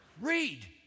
Read